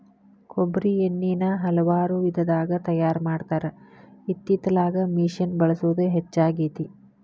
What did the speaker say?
ಕೊಬ್ಬ್ರಿ ಎಣ್ಣಿನಾ ಹಲವಾರು ವಿಧದಾಗ ತಯಾರಾ ಮಾಡತಾರ ಇತ್ತಿತ್ತಲಾಗ ಮಿಷಿನ್ ಬಳಸುದ ಹೆಚ್ಚಾಗೆತಿ